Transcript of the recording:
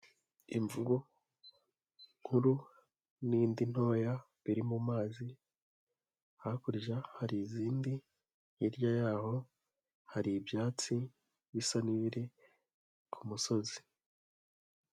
Imvubu nkuru n'indi ntoya biri mu mazi, hakurya hari izindi, hirya yaho hari ibyatsi bisa n'ibiri ku musozi.